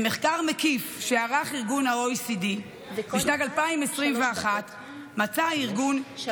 ממחקר מקיף שערך ארגון ה-OECD בשנת 2021 מצא הארגון כי